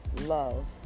Love